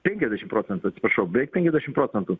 penkiasdešim procentų atsiprašau beveik penkiasdešim procentų